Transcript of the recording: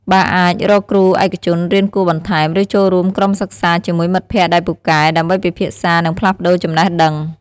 បើអាច រកគ្រូឯកជនរៀនគួរបន្ថែម ឬចូលរួមក្រុមសិក្សាជាមួយមិត្តភក្តិដែលពូកែ ដើម្បីពិភាក្សា និងផ្លាស់ប្តូរចំណេះដឹង។